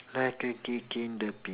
like a